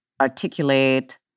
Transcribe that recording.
articulate